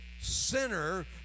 sinner